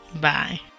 bye